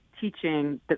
teaching